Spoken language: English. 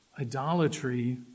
Idolatry